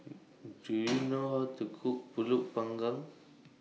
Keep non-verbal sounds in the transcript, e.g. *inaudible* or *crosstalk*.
Do YOU know *noise* How to Cook Pulut Panggang